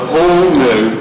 all-new